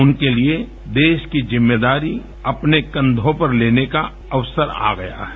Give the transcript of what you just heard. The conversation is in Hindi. उनके लिए देश की ज़िम्मेदारी अपने कन्धों पर लेने का अवसर आ गया है